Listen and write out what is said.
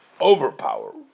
overpower